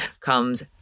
comes